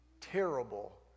terrible